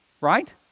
Right